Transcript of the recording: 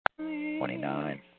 Twenty-nine